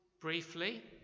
briefly